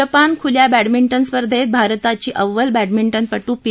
Japan खुल्या badminton स्पर्धेत भारताची अव्वल बॅडमिंटनपटू पी